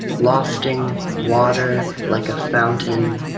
lofting water like a fountain,